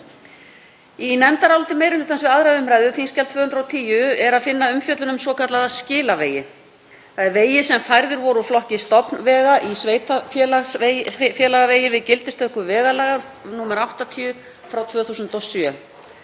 Í nefndaráliti meiri hlutans við 2. umr., þskj. 210, er að finna umfjöllun um svokallaða „skilavegi“, þ.e. vegi sem færðir voru úr flokki stofnvega í sveitarfélagavegi við gildistöku vegalaga, nr. 80/2007.